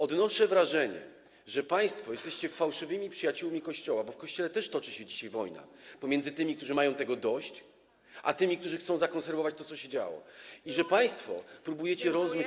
Odnoszę wrażenie, że państwo jesteście fałszywymi przyjaciółmi Kościoła, bo w Kościele też toczy się dzisiaj wojna pomiędzy tymi, którzy mają tego dość, a tymi, którzy chcą zakonserwować to, co się działo, i że państwo próbujecie rozmyć ten problem.